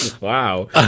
Wow